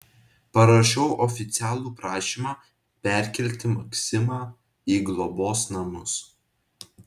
parašiau oficialų prašymą perkelti maksimą į globos namus